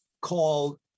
called